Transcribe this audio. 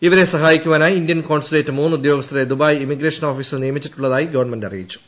ഇവരെ സഹായിക്കുവാനായി Indian consulate മൂന്ന് ഉദ്യോഗസ്ഥരെ ദുബായ് ഇമിഗ്രേഷൻ ഓഫീസിൽ നിയമിച്ചിട്ടുള്ളതായി ഗവൺമെന്റ് അറിയിച്ചു